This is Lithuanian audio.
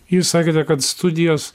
jūs sakėte kad studijos